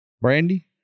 Brandy